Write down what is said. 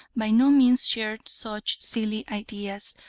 by no means shared such silly ideas,